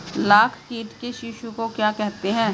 लाख कीट के शिशु को क्या कहते हैं?